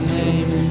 name